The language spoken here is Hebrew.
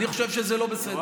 אני חושב שזה לא בסדר.